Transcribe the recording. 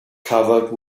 covered